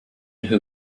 who